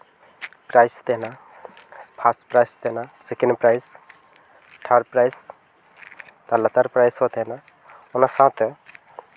prize ᱛᱟᱦᱮᱱᱟ first prize ᱛᱟᱦᱮᱱᱟ second prize third prize ᱛᱟᱨ ᱞᱟᱛᱟᱨ ᱯᱨᱟᱭᱤᱥ ᱦᱚᱸ ᱛᱟᱦᱮᱱᱟ ᱚᱱᱟ ᱥᱟᱶᱛᱮ